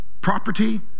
property